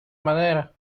manera